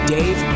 Dave